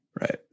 right